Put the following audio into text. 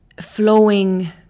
flowing